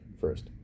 first